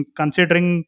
considering